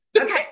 Okay